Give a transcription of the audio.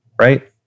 Right